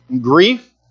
grief